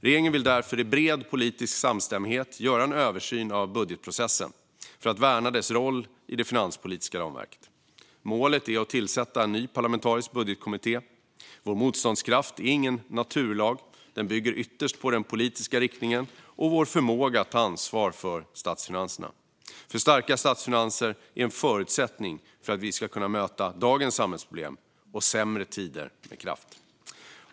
Regeringen vill därför i bred politisk samstämmighet göra en översyn av budgetprocessen för att värna dess roll i det finanspolitiska ramverket. Målet är att tillsätta en ny parlamentarisk budgetkommitté. Vår motståndskraft är ingen naturlag. Den bygger ytterst på den politiska riktningen och vår förmåga att ta ansvar för statsfinanserna, för starka statsfinanser är en förutsättning för att vi ska kunna möta dagens samhällsproblem och sämre tider med kraft.